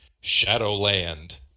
Shadowland